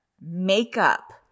makeup